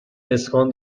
اسکان